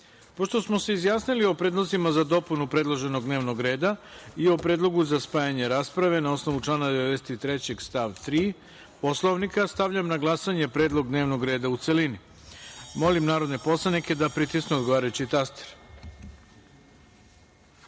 smo se izjasnili o predlozima za dopunu predloženog dnevnog reda i o predlogu za spajanje rasprave, na osnovu člana 93. stav 3. Poslovnika, stavljam na glasanje predlog dnevnog reda u celini. Molim narodne poslanike da pritisnu odgovarajući